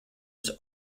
was